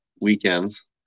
weekends